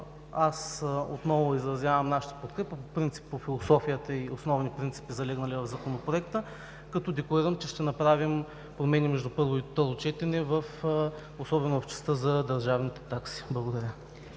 аз отново изразявам нашата подкрепа – по принцип по философията и основни принципи залегнали в Законопроекта като декларирам, че ще направим промени между първо и второ четене особено в частта за държавните такси. Благодаря.